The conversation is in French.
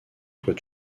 toit